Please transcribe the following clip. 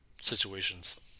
situations